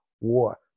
War